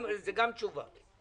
זאת גם תשובה.